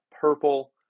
purple